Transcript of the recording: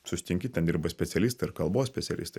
susitinki ten dirba specialistai ir kalbos specialistai